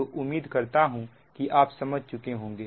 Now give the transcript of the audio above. तो उम्मीद करता हूं कि आप समझ चुके होंगे